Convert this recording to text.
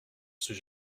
sujet